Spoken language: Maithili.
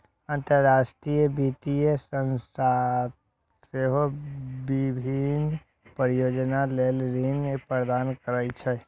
अंतरराष्ट्रीय वित्तीय संस्थान सेहो विभिन्न परियोजना लेल ऋण प्रदान करै छै